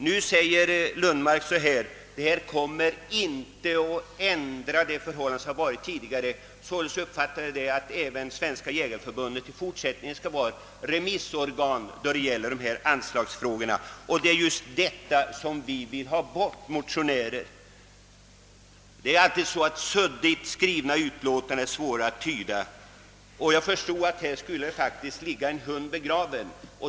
Nu säger herr Lundmark att den nya ordningen inte kommer att ändra de förhållanden som rått tidigare. Jag uppfattar detta så, att Svenska jägareförbundet även i fortsättningen skall vara ett remissorgan när det gäller dessa anslagsfrågor, och det är just detta som vi motionärer vill ha bort. Det är alltid så att suddigt skrivna utlåtanden är svåra att tyda, och jag förstod att här kunde faktiskt ligga en hund begraven.